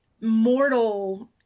mortal